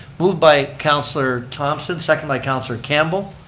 moved by councilor thomson, seconded by councilor campbell.